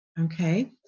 okay